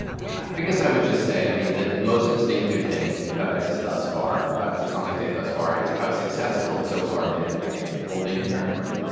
i mean i i guess i would just say i mean that the most distinctive thing about isis thus far about the islamic state thus far is how successful it's so far been in holding territory.